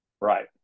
Right